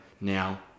now